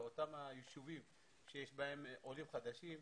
באותם יישובים שיש בהם עולים חדשים,